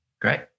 Great